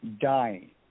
dying